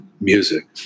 music